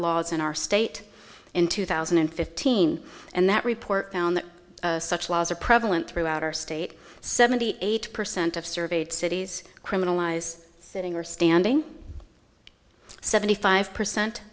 laws in our state in two thousand and fifteen and that report found that such laws are prevalent throughout our state seventy eight percent of surveyed cities criminalize sitting or standing seventy five percent